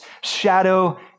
shadow